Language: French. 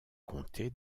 comté